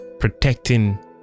protecting